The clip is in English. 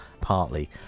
partly